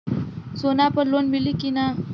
सोना पर लोन मिली की ना?